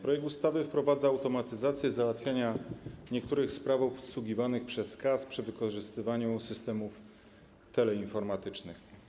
Projekt ustawy wprowadza automatyzację załatwiania niektórych spraw obsługiwanych przez KAS przy wykorzystywaniu systemów teleinformatycznych.